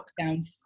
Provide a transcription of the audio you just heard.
lockdown